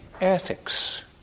Ethics